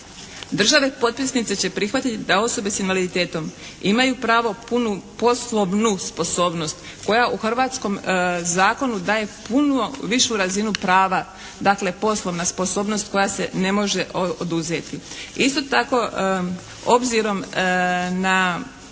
Države potpisnice će prihvatiti da osobe s invaliditetom imaju pravo punu poslovnu sposobnost koja u hrvatskom zakonu daje puno višu razinu prava. Dakle, poslovna sposobnost koja se ne može oduzeti. Isto tako, obzirom na